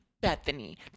Bethany